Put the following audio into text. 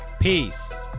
Peace